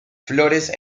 flores